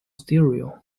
stereo